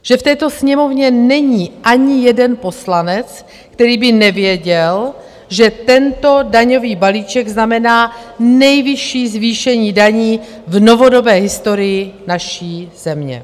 Že v této Sněmovně není ani jeden poslanec, který by nevěděl, že tento daňový balíček znamená nejvyšší zvýšení daní v novodobé historii naší země.